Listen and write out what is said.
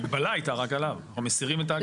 ההגבלה הייתה רק עליו, אנחנו מסירים את ההגבלה.